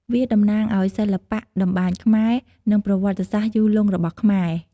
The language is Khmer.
វាតំណាងឲ្យសិល្បៈតម្បាញខ្មែរ និងប្រវត្តិសាស្ត្រយូរលង់របស់ខ្មែរ។